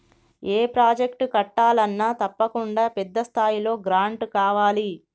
ఏ project కట్టాలన్నా తప్పకుండా పెద్ద స్థాయిలో గ్రాంటు కావాలి